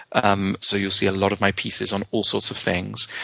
um so you'll see a lot of my pieces on all sorts of things.